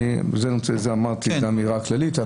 זה אמרתי כאמירה כללית.